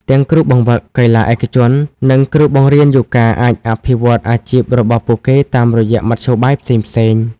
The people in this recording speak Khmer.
ទាំងគ្រូបង្វឹកកីឡាឯកជន និងគ្រូបង្រ្រៀនយូហ្គាអាចអភិវឌ្ឍអាជីពរបស់ពួកគេតាមរយៈមធ្យោបាយផ្សេងៗ។